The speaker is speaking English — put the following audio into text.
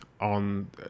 on